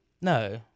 No